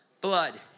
blood